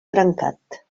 trencat